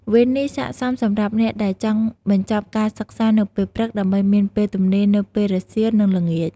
វេននេះស័ក្តិសមសម្រាប់អ្នកដែលចង់បញ្ចប់ការសិក្សានៅពេលព្រឹក ដើម្បីមានពេលទំនេរនៅពេលរសៀល និងល្ងាច។